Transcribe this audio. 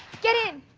get in.